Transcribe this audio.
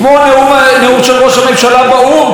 כמו הנאום של ראש הממשלה באו"ם,